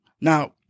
Now